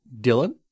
Dylan